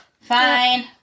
Fine